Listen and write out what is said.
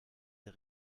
der